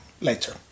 later